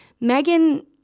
Megan